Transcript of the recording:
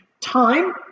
time